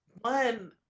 one